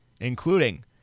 including